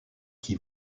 qui